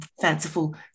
fanciful